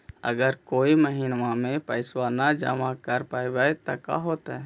अगर कोई महिना मे पैसबा न जमा कर पईबै त का होतै?